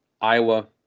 Iowa